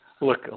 Look